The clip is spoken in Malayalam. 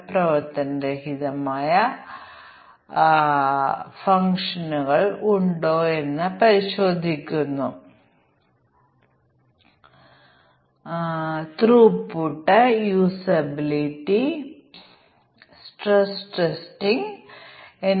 ഏറ്റവും വലിയ മൂല്യം എടുക്കുന്ന പാരാമീറ്റർ ഞങ്ങൾ ആദ്യം പരിഗണിക്കുന്ന തരത്തിൽ ഞങ്ങൾ ഈ പട്ടിക ക്രമീകരിക്കുന്നു അവയിൽ വലിയത് എടുക്കുന്ന 2 ഉണ്ടെങ്കിൽ അവയിൽ ഏതെങ്കിലും 1 പരിഗണിക്കും തുടർന്ന് ഞങ്ങൾ അടുത്ത 1 ഉം മറ്റും ക്രമീകരിക്കുന്നു